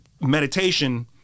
meditation